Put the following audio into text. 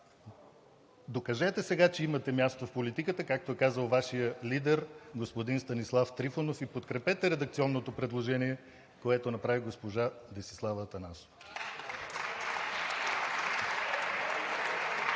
Докажете сега, че имате място в политиката, както е казал Вашият лидер – господин Станислав Трифонов, и подкрепете редакционното предложение, което направи госпожа Десислава Атанасова.